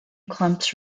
clumps